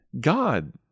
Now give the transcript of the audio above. God